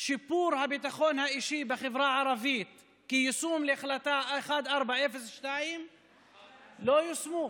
שיפור הביטחון האישי בחברה הערבית כיישום להחלטה 1402 לא יושמו.